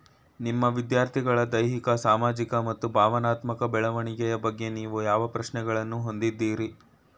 ನಿಮ್ಮ ವಿದ್ಯಾರ್ಥಿಗಳ ದೈಹಿಕ ಸಾಮಾಜಿಕ ಮತ್ತು ಭಾವನಾತ್ಮಕ ಬೆಳವಣಿಗೆಯ ಬಗ್ಗೆ ನೀವು ಯಾವ ಪ್ರಶ್ನೆಗಳನ್ನು ಹೊಂದಿದ್ದೀರಿ?